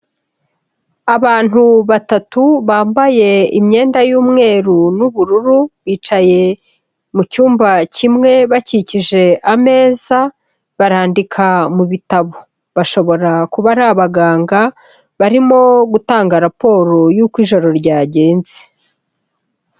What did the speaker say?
Abantu batatu bambaye imyenda y'umweru n'ubururu, bicaye mu cyumba kimwe bakikije ameza, barandika mu bitabo. Bashobora kuba ari abaganga barimo gutanga raporo y'uko ijoro ryagenze.